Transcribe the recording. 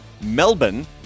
Melbourne